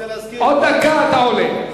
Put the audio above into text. עוד דקה אתה עולה.